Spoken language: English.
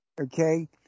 Okay